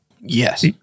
Yes